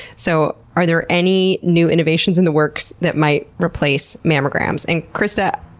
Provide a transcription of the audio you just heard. so, are there any new innovations in the works that might replace mammograms? and christa,